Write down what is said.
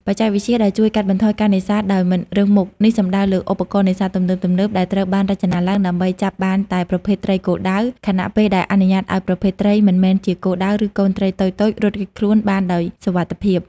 បច្ចេកវិទ្យាដែលជួយកាត់បន្ថយការនេសាទដោយមិនរើសមុខ នេះសំដៅលើឧបករណ៍នេសាទទំនើបៗដែលត្រូវបានរចនាឡើងដើម្បីចាប់បានតែប្រភេទត្រីគោលដៅ ខណៈពេលដែលអនុញ្ញាតឲ្យប្រភេទសត្វមិនមែនជាគោលដៅ ឬកូនត្រីតូចៗ រត់គេចខ្លួនបានដោយសុវត្ថិភាព។